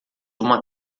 uma